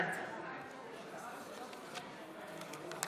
בעד יוראי להב הרצנו, אינו נוכח